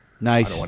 Nice